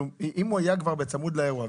אם הוא היה כבר בצמוד לאירוע,